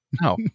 No